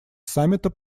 саммита